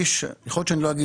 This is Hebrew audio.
נאמרים פה